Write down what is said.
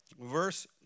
verse